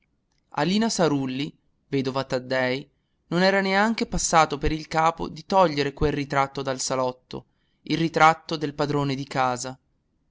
saluto a lina sarulli vedova taddei non era neanche passato per il capo di togliere quel ritratto dal salotto il ritratto del padrone di casa